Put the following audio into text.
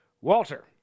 Walter